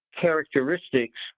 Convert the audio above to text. characteristics